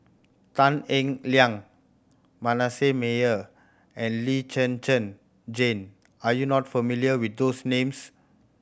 Tan Eng Liang Manasseh Meyer and Lee Zhen Zhen Jane are you not familiar with those names